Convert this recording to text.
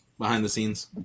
behind-the-scenes